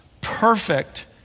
perfect